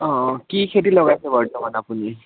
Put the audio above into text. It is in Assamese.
অঁ কি খেতি লগাইছে বৰ্তমান আপুনি